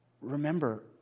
remember